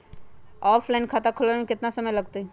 Offline खाता खुलबाबे में केतना समय लगतई?